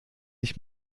ich